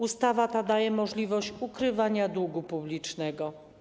Ustawa ta daje możliwość ukrywania długu publicznego.